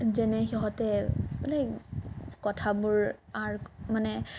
যেনে সিহঁতে মানে কথাবোৰ আঁৰ মানে